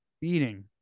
Beating